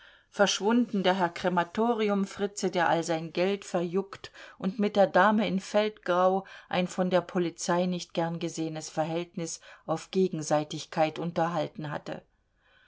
verschwunden der herr krematoriumfritze der all sein geld verjuckt und mit der dame in feldgrau ein von der polizei nicht gern gesehenes verhältnis auf gegenseitigkeit unterhalten hatte